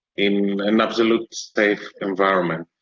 in an absolute safe environment.